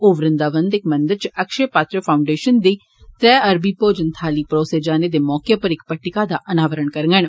ओह् वृंदावन दे इक मंदर च अक्षयपात्र फाउंडेषन दी त्रै अरबी भोजन थाली परोसे जाने दे मौके उप्पर इक पट्टिकां दा अनावरण करङन